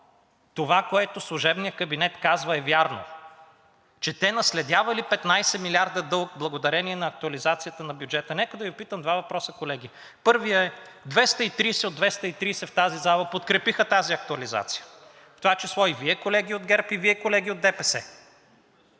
това, което служебният кабинет казва, е вярно, че те наследявали 15 милиарда дълг благодарение на актуализацията на бюджета, нека да Ви питам два въпроса, колеги. Първият е 230 от 230 в тази зала подкрепиха тази актуализация, в това число и Вие, колеги от ГЕРБ, и Вие, колеги от ДПС.